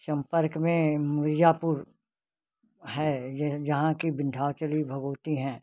संपर्क में मिर्ज़ापुर है यह जहाँ कि विन्ध्याचली विभूति हैं